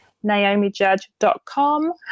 naomijudge.com